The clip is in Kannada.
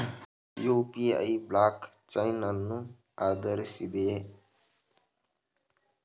ಯು.ಪಿ.ಐ ಬ್ಲಾಕ್ ಚೈನ್ ಅನ್ನು ಆಧರಿಸಿದೆಯೇ?